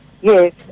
Yes